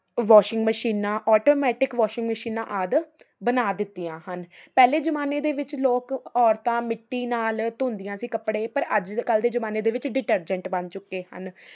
washing ਮਸ਼ੀਨਾਂ automatic washing ਮਸ਼ੀਨਾਂ ਆਦਿ ਬਣਾ ਦਿੱਤੀਆਂ ਹਨ ਪਹਿਲੇ ਜ਼ਮਾਨੇ ਦੇ ਵਿੱਚ ਲੋਕ ਔਰਤਾਂ ਮਿੱਟੀ ਨਾਲ ਧੋਂਦੀਆਂ ਸੀ ਕੱਪੜੇ ਪਰ ਅੱਜ ਕੱਲ੍ਹ ਦੇ ਜ਼ਮਾਨੇ ਦੇ ਵਿੱਚ ਡਿਟਰਜੈਂਟ ਬਣ ਚੁੱਕੇ ਹਨ